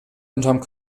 unterm